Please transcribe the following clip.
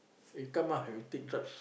eh come on we take drugs